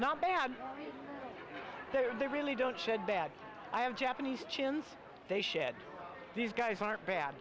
not bad and they really don't shed bad i have japanese chickens they shed these guys aren't bad